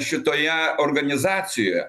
šitoje organizacijoje